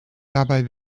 dabei